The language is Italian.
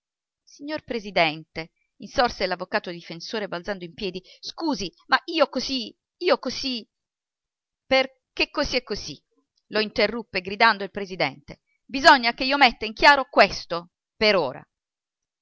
signor presidente insorse l'avvocato difensore balzando in piedi scusi ma io così io così che così e così lo interruppe gridando il presidente bisogna che io metta in chiaro questo per ora